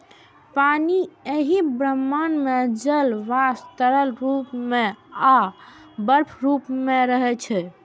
पानि एहि ब्रह्मांड मे जल वाष्प, तरल रूप मे आ बर्फक रूप मे रहै छै